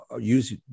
use